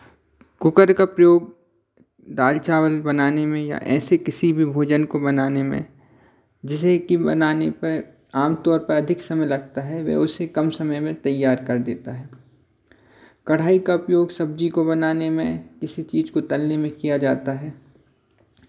cooker का प्रयोग दाल चावल बनाने में या ऐसे किसी भी भोजन को बनाने में जिसे कि बनाने पर आमतौर पर अधिक समय लगता है वे उसे कम समय में तैयार कर देता है कड़ाही का उपयोग सब्जी को बनाने में किसी चीज़ को तलने में किया जाता है